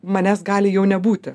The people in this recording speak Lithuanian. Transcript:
manęs gali jau nebūti